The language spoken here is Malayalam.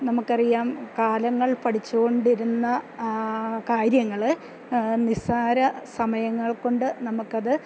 നമുക്കറിയാം കാലങ്ങൾ പഠിച്ചുകൊണ്ടിരുന്ന കാര്യങ്ങൾ നിസ്സാര സമയങ്ങൾ കൊണ്ട് നമുക്കത്